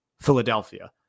Philadelphia